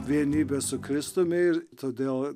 vienybė su kristumi ir todėl